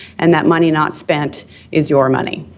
and that money not spent is your money.